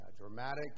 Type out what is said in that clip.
dramatic